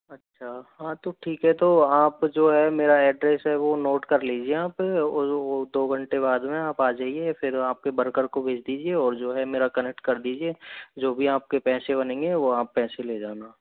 अच्छा हाँ तो ठीक है तो आप जो है मेरा एड्रेस है वो नोट कर लीजिए आप दो घंटे बाद में आप आ जाइए फिर आपके वर्कर को भेज दीजिए और जो है मेरा कनेक्ट कर दीजिए जो भी आपके पैसे बनेंगे वो आप पैसे ले जाना